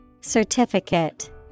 Certificate